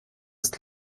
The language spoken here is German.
ist